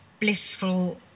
blissful